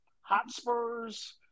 Hotspurs